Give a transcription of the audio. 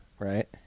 Right